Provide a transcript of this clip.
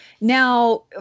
now